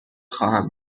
خواهم